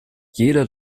jeder